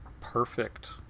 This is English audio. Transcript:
perfect